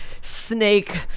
snake